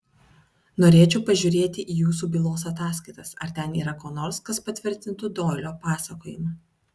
norėčiau pažiūrėti į jūsų bylos ataskaitas ar ten yra ko nors kas patvirtintų doilio pasakojimą